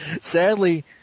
Sadly